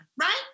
right